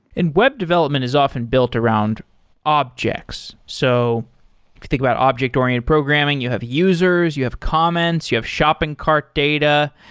and web development is often built around objects. so if you think about object oriented programming, you have users, you have comments, you have shopping cart data.